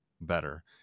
better